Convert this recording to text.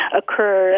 occur